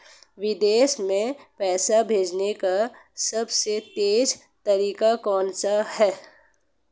विदेश में पैसा भेजने का सबसे तेज़ तरीका कौनसा है?